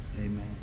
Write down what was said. Amen